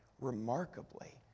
remarkably